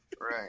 right